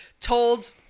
told